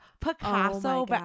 Picasso